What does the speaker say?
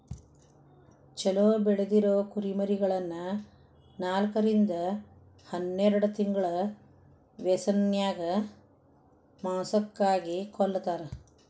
ಚೊಲೋ ಬೆಳದಿರೊ ಕುರಿಮರಿಗಳನ್ನ ನಾಲ್ಕರಿಂದ ಹನ್ನೆರಡ್ ತಿಂಗಳ ವ್ಯಸನ್ಯಾಗ ಮಾಂಸಕ್ಕಾಗಿ ಕೊಲ್ಲತಾರ